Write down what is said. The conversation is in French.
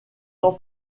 ans